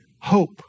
hope